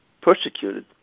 persecuted